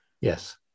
Yes